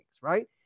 Right